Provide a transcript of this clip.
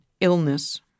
illness